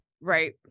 Right